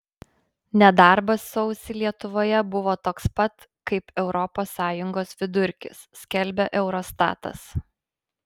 nedarbas sausį lietuvoje buvo toks pat kaip europos sąjungos vidurkis skelbia eurostatas